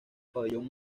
pabellón